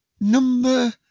number